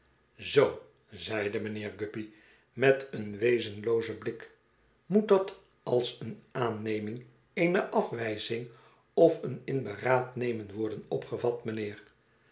zoo zeide mijnheer guppy met een wezenloozen blik moet dat als een aanneming eene afwijzing of een in beraad nemen worden opgevat mijnheer